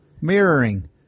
Mirroring